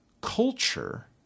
culture